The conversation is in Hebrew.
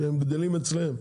שגדלים אצלם,